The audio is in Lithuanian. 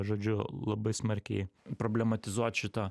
žodžiu labai smarkiai problematizuot šito